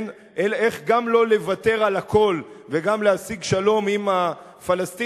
איך גם לא לוותר על הכול וגם להשיג שלום עם הפלסטינים,